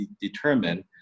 determine